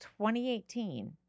2018